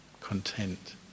content